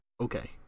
okay